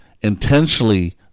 intentionally